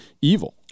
evil